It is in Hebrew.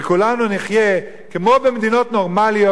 וכולנו נחיה כמו במדינות נורמליות,